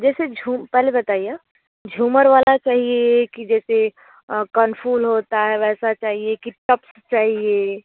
जैसे पहले बताइए झूमर वाला चाहिए कि जैसे कनफूल होता है वैसा चाहिए कि टप्स चाहिए